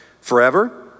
Forever